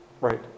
Right